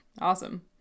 Awesome